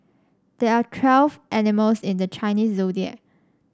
there are twelve animals in the Chinese Zodiac